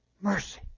mercy